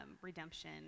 redemption